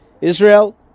Israel